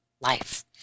life